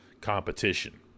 competition